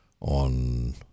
on